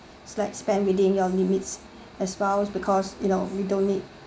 is like spend within your limits as well as because you know we don't need